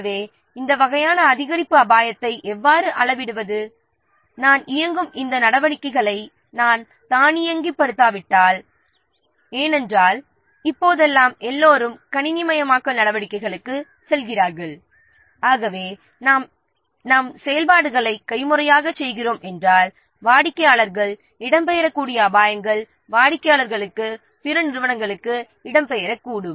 எனவே இந்த வகையான அதிகரிப்பு அபாயத்தை எவ்வாறு அளவிடுவது நான் இயங்கும் இந்த நடவடிக்கைகளை நான் தானியங்குபடுத்தாவிட்டால் ஏனென்றால் இப்போதெல்லாம் எல்லோரும் கணினிமயமாக்கல் நடவடிக்கைகளுக்கு செல்கிறார்கள் ஆகவே நாம் நம் செயல்பாடுகளை கைமுறையாகச் செய்கிறோம் என்றால் வாடிக்கையாளர்கள் இடம்பெயரக்கூடிய அபாயங்கள் வாடிக்கையாளர்களுக்கு பிற நிறுவனங்களுக்கு இடம்பெயரக்கூடும்